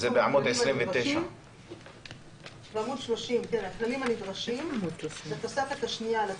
זה בעמוד 29. בעמוד 30. "הכללים הנדרשים בתוספת השנייה לתקנות"